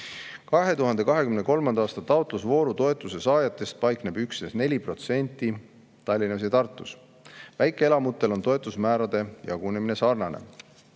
2023. aasta taotlusvooru toetuse saajatest paikneb üksnes 4% Tallinnas ja Tartus. Väikeelamutel on toetusmäärade jagunemine sarnane.